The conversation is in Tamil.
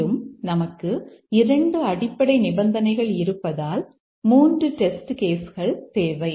மேலும் நமக்கு 2 அடிப்படை நிபந்தனைகள் இருப்பதால் 3 டெஸ்ட் கேஸ் கள் தேவை